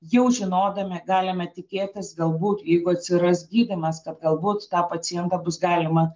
jau žinodami galime tikėtis galbūt jeigu atsiras gydymas kad galbūt tą pacientą bus galima